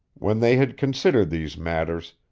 when they had considered these matters,